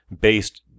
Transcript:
based